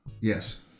Yes